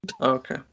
Okay